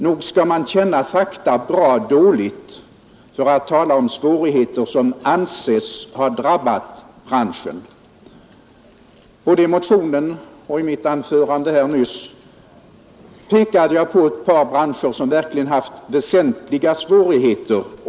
Nog skall man känna fakta ganska dåligt för att behöva tala om svårigheter som ”anses” ha drabbat en rad branscher. Både i motionen och i mitt anförande nämndes sådana som verkligen haft och fortfarande har betydande svårigheter.